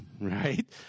Right